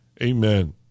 Amen